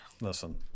Listen